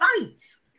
sites